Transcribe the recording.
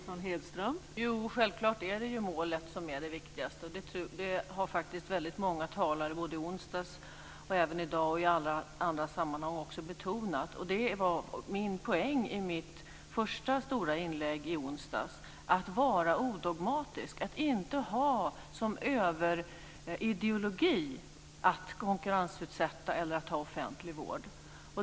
Fru talman! Självklart är det målet som är det viktigaste. Det har faktiskt väldigt många talare både i onsdags, i dag och i alla andra sammanhang betonat. Det var min poäng i mitt första stora inlägg i onsdags, att vara odogmatisk, att inte ha som överideologi att konkurrensutsätta eller att ha offentlig vård.